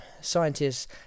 scientists